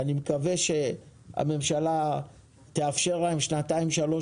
אני מקווה שהממשלה תאפשר להם לעבוד שנתיים-שלוש